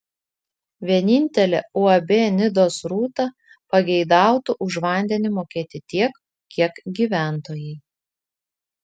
vienintelė uab nidos rūta pageidautų už vandenį mokėti tiek kiek gyventojai